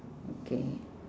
okay